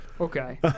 Okay